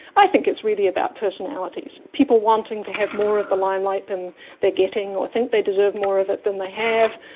i think it's really about personalities, people wanting to have more of the like than they're getting or think they deserve more of it than they have,